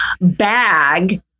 bag